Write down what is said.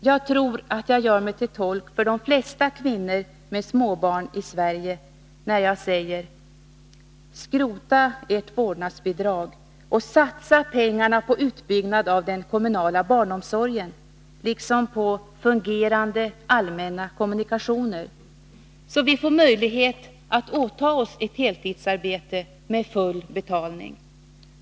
Jag tror att jag gör mig till tolk för de flesta kvinnor med småbarn i Sverige när jag säger: Skrota ert vårdnadsbidrag och satsa pengarna på utbyggnad av den kommunala barnomsorgen liksom på fungerande allmänna kommunikationer så att vi får möjlighet att åta oss ett heltidsarbete.